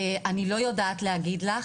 אני לא יודעת להגיד לך,